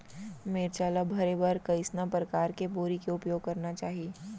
मिरचा ला भरे बर कइसना परकार के बोरी के उपयोग करना चाही?